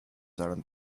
aren’t